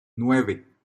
nueve